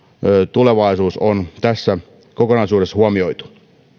tulevaisuus on tässä kokonaisuudessa huomioitu